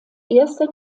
erster